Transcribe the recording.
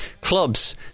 clubs